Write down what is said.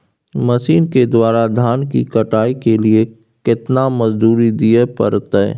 Machine के द्वारा धान की कटाइ के लिये केतना मजदूरी दिये परतय?